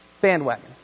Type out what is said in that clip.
bandwagon